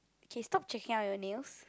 K stop checking out your nails